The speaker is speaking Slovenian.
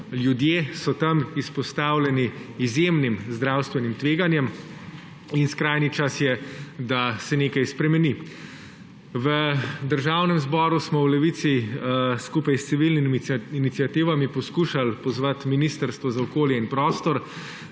ljudje so tam izpostavljeni izjemnim zdravstvenim tveganjem in skrajni čas je, da se nekaj spremeni. V Državnem zboru smo v Levici skupaj s civilnimi iniciativami poskušali pozvati Ministrstvo za okolje in prostor.